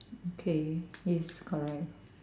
okay yes correct